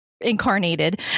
incarnated